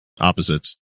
opposites